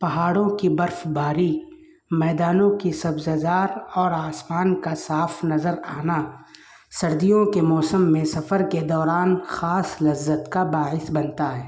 پہاڑوں کی برف باری میدانوں کی سبزہ زار اور آسمان کا صاف نظر آنا سردیوں کے موسم میں سفر کے دوران خاص لذت کا باعث بنتا ہے